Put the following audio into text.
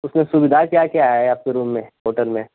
उसमें सुविधा क्या क्या है आपके रूम में होटल में